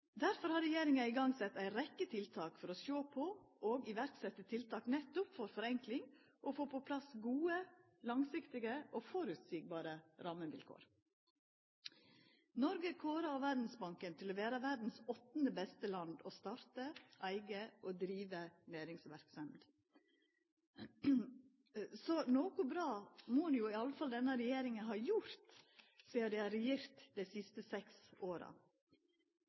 Derfor har regjeringa sett i gang ei rekkje tiltak for å sjå på og setja i verk tiltak nettopp for forenkling og å få på plass gode, langsiktige og føreseielege rammevilkår. Noreg er kåra av Verdsbanken til å vera verdas åttande beste land å starta, eiga og driva næringsverksemd i, så noko bra må jo denne regjeringa ha gjort, sidan ho har regjert dei siste seks åra.